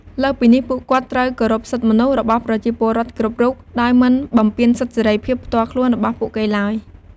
លើសពីនេះ ពួកគាត់ត្រូវ គោរពសិទ្ធិមនុស្ស របស់ប្រជាពលរដ្ឋគ្រប់រូប ដោយមិនបំពានសិទ្ធិសេរីភាពផ្ទាល់ខ្លួនរបស់ពួកគេឡើយ។